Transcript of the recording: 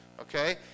Okay